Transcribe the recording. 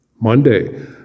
Monday